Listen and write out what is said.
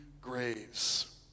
graves